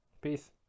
Peace